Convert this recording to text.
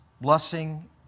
blessing